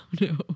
no